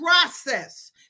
process